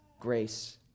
grace